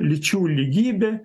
lyčių lygybė